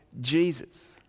Jesus